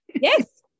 Yes